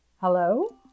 Hello